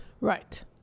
Right